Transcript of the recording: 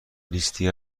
لیستی